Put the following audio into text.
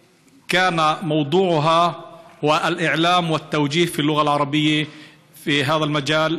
נושא הישיבה היה ההסברה וההכוונה בשפה הערבית בתחום זה,